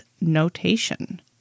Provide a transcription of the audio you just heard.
notation